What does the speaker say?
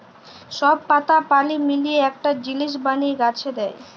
সব পাতা পালি মিলিয়ে একটা জিলিস বলিয়ে গাছে দেয়